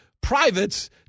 privates